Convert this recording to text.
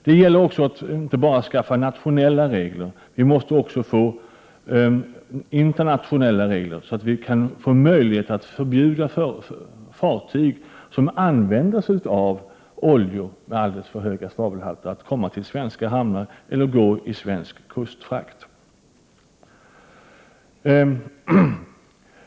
Det gäller också att inte bara skaffa nationella regler, utan vi måste ha internationella regler så att vi får möjlighet att förbjuda fartyg som använder sig av oljor med alldeles för höga svavelhalter att komma till svenska hamnar eller gå i svensk kustfrakt.